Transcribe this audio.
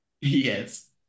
Yes